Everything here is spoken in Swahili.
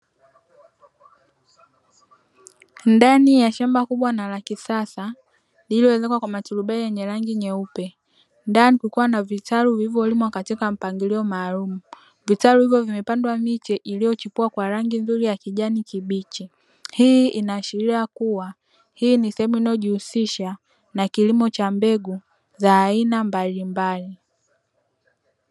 Ndani ya shamba kubwa na la kisasa lililoezekwa kwa maturubali yenye rangi nyeupe ndani kukiwa na vitalu vilivyolimwa katika mpangilio maalumu, vitalu hivyo vimepandwa miche iliyochipua kwa rangi nzuri ya kijani kibichi, hii inaashiria kuwa hii ni sehemu inayojihusisha na kilimo cha mbegu za aina mbalimbali.